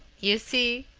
you see,